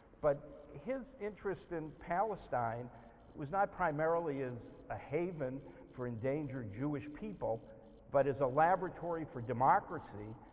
but his interest in palestine was not primarily as a haven for endangered jewish people but as a laboratory for democracy,